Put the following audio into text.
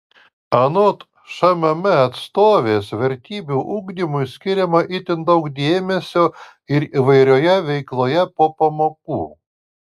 anot šmm atstovės vertybių ugdymui skiriama itin daug dėmesio ir įvairioje veikloje po pamokų